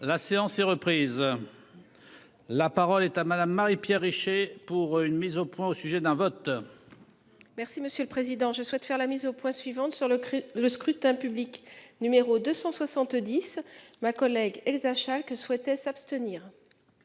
La séance est reprise. La parole est à madame Marie-Pierre Richer pour une mise au point, au sujet d'un vote. Merci, monsieur le Président, je souhaite faire la mise au point suivante sur le le scrutin public numéro 270. Ma collègue Elsa chaque souhaitait s'abstenir.